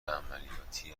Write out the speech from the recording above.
عملیاتی